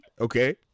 Okay